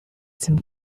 some